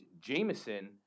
Jameson